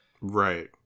Right